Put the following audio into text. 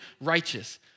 righteous